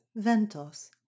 Ventos